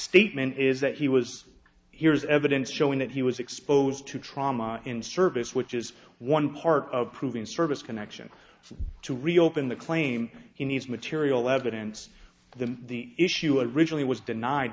statement is that he was here is evidence showing that he was exposed to trauma in service which is one part of proving service connection to reopen the claim he needs material evidence the the issue i originally was denied